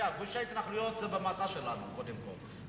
גושי התנחלויות זה במצע שלנו קודם כול.